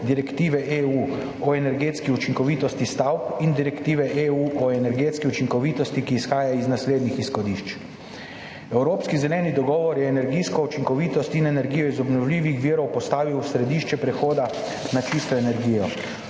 direktivi EU o energetski učinkovitosti stavb in direktivi EU o energetski učinkovitosti, ki izhaja iz naslednjih izhodišč. Evropski zeleni dogovor je energijsko učinkovitost in energijo iz obnovljivih virov postavil v središče prehoda na čisto energijo.